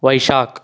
Vaishakh